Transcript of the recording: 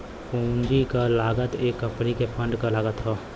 पूंजी क लागत एक कंपनी के फंड क लागत हौ